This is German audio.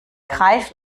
greif